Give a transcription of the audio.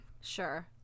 sure